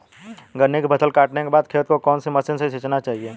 गन्ने की फसल काटने के बाद खेत को कौन सी मशीन से सींचना चाहिये?